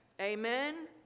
Amen